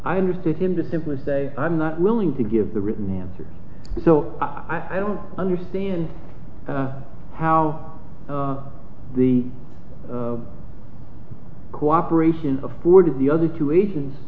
i understood him to simply say i'm not willing to give the written answer so i don't understand how the of cooperation afforded the other two asians